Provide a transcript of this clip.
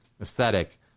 aesthetic